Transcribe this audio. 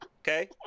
Okay